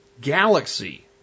galaxy